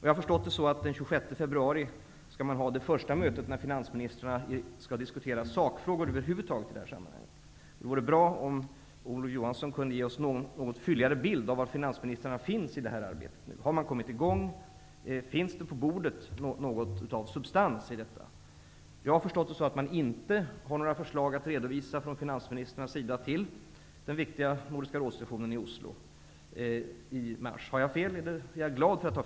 Jag har förstått att man den 26 februari skall ha det första mötet över huvud taget där finansministrarna skall diskutera sakfrågor. Det vore bra om Olof Johansson kunde ge oss en något fylligare bild av var i det här arbetet finansministrarna befinner sig. Har man kommit i gång? Finns något av substans på bordet? Jag har förstått att finansministrarna inte har några förslag att redovisa vid Nordiska rådets viktiga session i Oslo i mars. Har jag fel är jag glad för det.